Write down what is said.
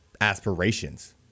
aspirations